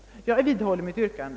Jag vidhåller mitt yrkande.